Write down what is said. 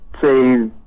say